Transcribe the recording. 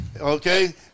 Okay